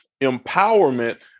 empowerment